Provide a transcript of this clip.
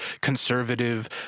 conservative